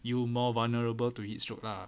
you more vulnerable to heatstroke lah